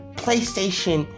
PlayStation